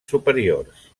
superiors